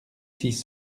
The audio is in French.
six